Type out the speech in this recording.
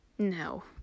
no